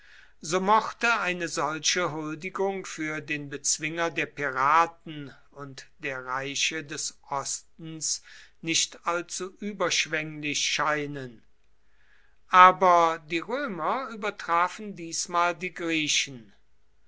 so mochte eine solche huldigung für den bezwinger der piraten und der reiche des ostens nicht allzu überschwenglich scheinen aber die römer übertrafen diesmal die griechen